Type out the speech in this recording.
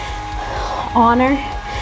honor